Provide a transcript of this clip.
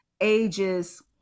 ages